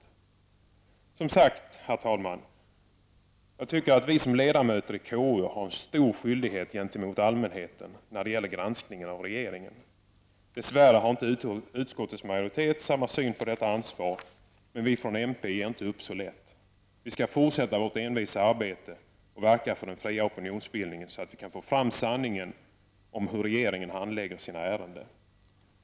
Jag tycker som sagt, herr talman, att vi som ledamöter i KU har stor skyldighet gentemot allmänheten i vårt arbete att granska regeringen. Dess värre har inte utskottets majoritet samma syn på detta ansvar. Men vi i miljöpartiet ger inte upp så lätt. Vi skall fortsätta vårt envisa arbete och verka för den fria opinionsbildningen, så att vi kan få fram sanningen om hur regeringen handlägger sina ärenden.